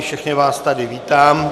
Všechny vás tady vítám.